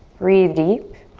breathe deep.